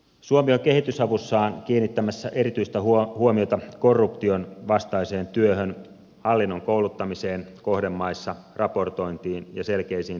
suomi on kehitysavussaan kiinnittämässä erityistä huomiota korruptionvastaiseen työhön hallinnon kouluttamiseen kohdemaissa raportointiin ja selkeisiin tavoitteisiin